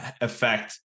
affect